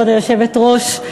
כבוד היושבת-ראש,